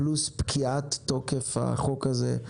פלוס פקיעת תוקף החוק הזה,